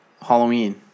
Halloween